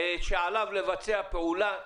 שעליו לבצע פעולה,